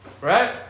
right